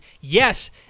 Yes